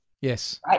Yes